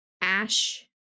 ash